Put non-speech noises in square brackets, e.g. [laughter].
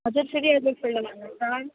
हजुर सिरियल [unintelligible] भन्नु होस् त